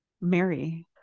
Mary